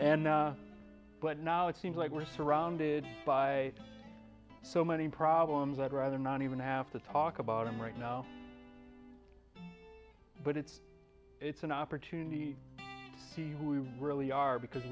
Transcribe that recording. and but now it seems like we're surrounded by so many problems i'd rather not even have to talk about him right now but it's it's an opportunity to see who we really are because